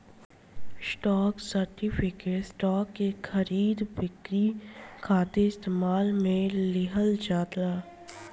stock certificate, stock के खरीद बिक्री खातिर इस्तेमाल में लिहल जाला